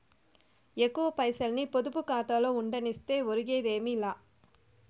ఎక్కువ పైసల్ని పొదుపు కాతాలో ఉండనిస్తే ఒరిగేదేమీ లా